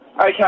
Okay